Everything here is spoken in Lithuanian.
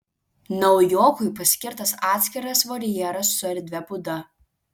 naujokui paskirtas atskiras voljeras su erdvia būda